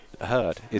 heard